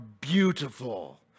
beautiful